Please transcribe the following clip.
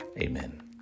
amen